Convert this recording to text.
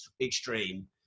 extreme